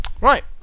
right